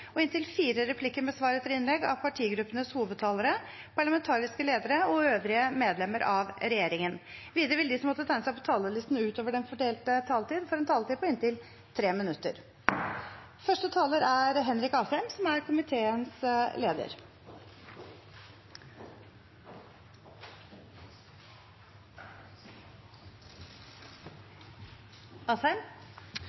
og inntil fire replikker med svar etter innlegg fra partigruppenes hovedtalere, parlamentariske ledere og øvrige medlemmer av regjeringen. Videre vil de som måtte tegne seg på talerlisten utover den fordelte taletid, få en taletid på inntil 3 minutter.